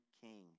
king